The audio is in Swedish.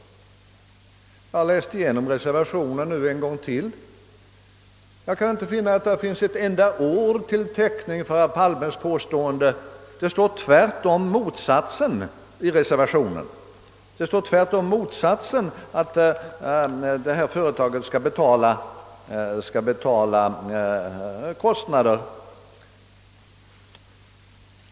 Jag har nu ytterligare en gång läst igenom reservationen, och jag kan inte finna att det däri finns ett enda ord som kan ge herr Palme stöd för hans påstående. Det står tvärtom att företaget skall betala kostnaderna.